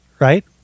right